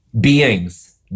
Beings